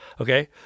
okay